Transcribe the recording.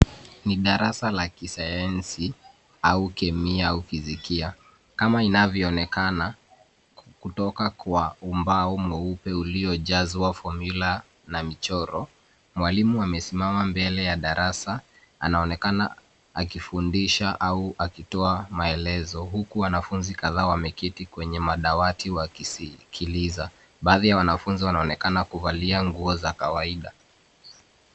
Ni darasa la kisayansi, au kemia au phizikia. Kama inavyoonekana kutoka kwa ubao mweupe uliojazwa fomula na michoro. Mwalimu amesimama mbele ya darasa , anaonekana akifundisha au akitoa maelezo huku wanafunzi kadhaa wameketi kwenye madawati wakisikiliza. Baadhi ya wanafunzi wanaonekana kuvalia nguo za kawaida.